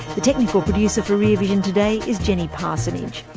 ah technical producer for rear vision today is jenny parsonage.